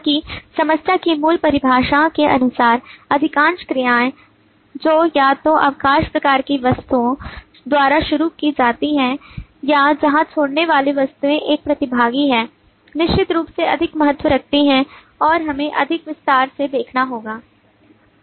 ताकि समस्या की मूल परिभाषा के अनुसार अधिकांश क्रियाएं जो या तो अवकाश प्रकार की वस्तुओं द्वारा शुरू की जाती हैं या जहां छोड़ने वाली वस्तुएं एक प्रतिभागी हैं निश्चित रूप से अधिक महत्व रखती हैं और हमें अधिक विस्तार से देखना होगा